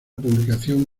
publicación